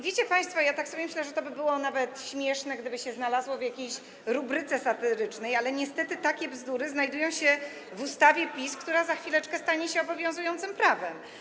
Wiecie państwo, tak sobie myślę, że to byłoby nawet śmieszne, gdyby się znalazło w jakiejś rubryce satyrycznej, ale niestety takie bzdury znajdują się w ustawie PiS, która za chwileczkę stanie się obowiązującym prawem.